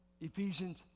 Ephesians